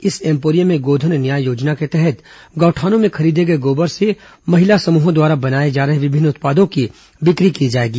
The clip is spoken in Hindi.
इस एम्पोरियम में गोधन न्याय योजना के तहत गोठानों में खरीदे गए गोबर से महिला समृहों द्वारा बनाए जा रहे विभिन्न उत्पादों की बि क्र ी की जाएगी